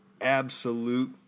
absolute